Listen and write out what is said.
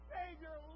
Savior